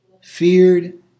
feared